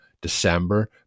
December